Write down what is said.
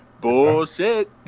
bullshit